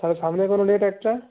তাহলে সামনে কোনো ডেট একটা